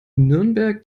nürnberg